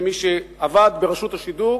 כמי שעבד ברשות השידור